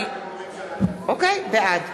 הם אומרים